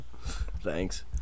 Thanks